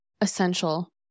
essential